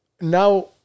now